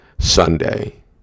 sunday